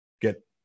get